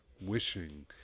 wishing